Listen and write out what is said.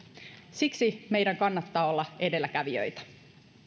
siksi meidän kannattaa olla edelläkävijöitä